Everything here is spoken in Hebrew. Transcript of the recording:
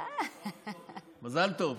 מזל טוב.